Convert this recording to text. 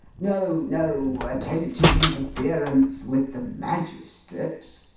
no no attempted interference with the magistrates